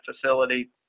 facility